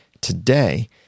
today